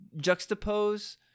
juxtapose